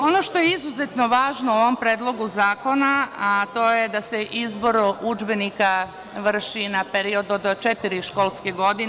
Ono što je izuzetno važno u ovom predlogu zakona to je da se izbor udžbenika vrše na period od četiri školske godine.